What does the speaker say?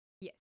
Yes